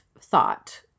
thought